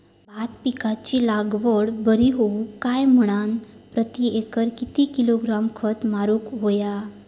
भात पिकाची लागवड बरी होऊक होई म्हणान प्रति एकर किती किलोग्रॅम खत मारुक होया?